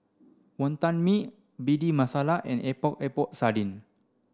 Wonton Mee Bhindi Masala and Epok Epok Sardin